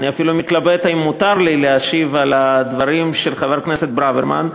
אני אפילו מתלבט אם מותר לי להשיב על הדברים של חבר הכנסת ברוורמן,